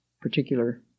particular